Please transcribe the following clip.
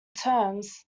terms